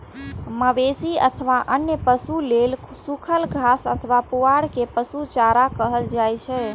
मवेशी अथवा अन्य पशु लेल सूखल घास अथवा पुआर कें पशु चारा कहल जाइ छै